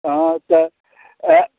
हाँ तऽ अए